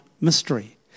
mystery